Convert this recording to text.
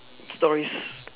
stories